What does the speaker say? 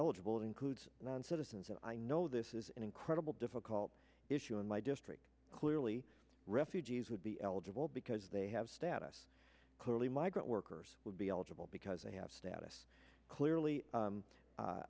eligible includes non citizens and i know this is an incredible difficult issue in my district clearly refugees would be eligible because they have status clearly migrant workers would be eligible because they have status clearly